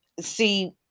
see